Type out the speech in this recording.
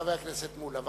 וחבר הכנסת מולה.